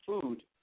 food